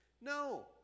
No